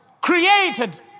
Created